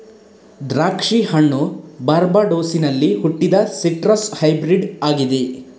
ದ್ರಾಕ್ಷಿ ಹಣ್ಣು ಬಾರ್ಬಡೋಸಿನಲ್ಲಿ ಹುಟ್ಟಿದ ಸಿಟ್ರಸ್ ಹೈಬ್ರಿಡ್ ಆಗಿದೆ